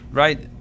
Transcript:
right